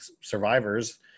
survivors